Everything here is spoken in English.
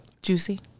Juicy